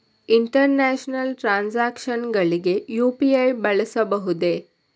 International transactions ಗಳಿಗೆ UPI ಬಳಸಬಹುದೇ?